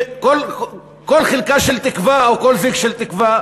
כל חלקה של תקווה או כל זיק של תקווה,